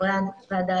ולחברי הוועדה,